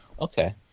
Okay